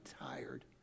tired